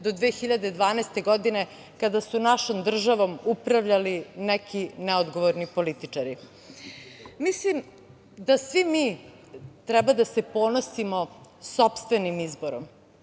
do 2012. godine kada su našom državom upravljali neki neodgovorni političari. Mislim da svi mi treba da se ponosimo sopstvenim izborom.